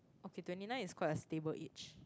okay twenty nine is quite a stable age